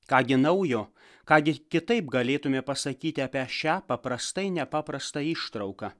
ką gi naujo ką gi kitaip galėtume pasakyti apie šią paprastai nepaprastą ištrauką